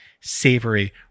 savory